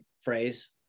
phrase